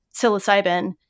psilocybin